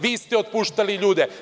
Vi ste otpuštali ljudi.